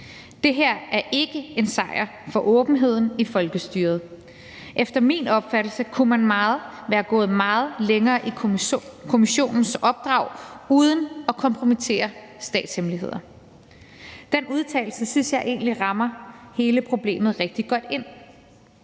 »Det her er ikke en sejr for åbenheden i folkestyret. Efter min opfattelse kunne man være gået meget længere i kommissionens opdrag uden at kompromittere statshemmeligheder.« Den udtalelse synes jeg egentlig rammer hele problemet rigtig godt ind.